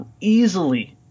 easily